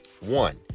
One